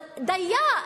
אז דיה,